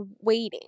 waiting